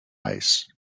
ice